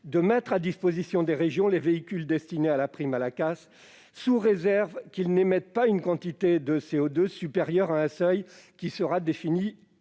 à mettre à disposition des régions les véhicules destinés à la casse sous réserve qu'ils n'émettent pas une quantité de CO2 supérieure à un seuil qui serait défini